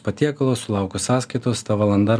patiekalo sulaukus sąskaitos ta valanda ar